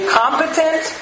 competent